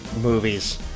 movies